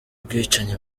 ubwicanyi